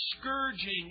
scourging